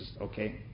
Okay